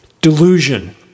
Delusion